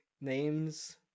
names